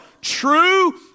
true